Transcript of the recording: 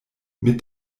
mit